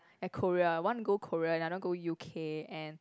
like Korea one want go Korea and another go U_K and